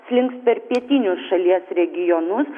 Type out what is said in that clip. slinks per pietinius šalies regionus